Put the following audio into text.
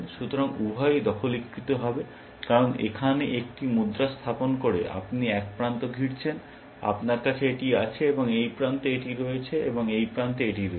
সুতরাং উভয়ই দখলীকৃত হবে কারণ এখানে একটি মুদ্রা স্থাপন করে আপনি এক প্রান্ত ঘিরছেন আপনার কাছে এটি আছে এবং এই প্রান্তে এটি রয়েছে এবং এই প্রান্তে এটি রয়েছে